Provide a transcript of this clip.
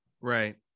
right